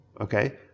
okay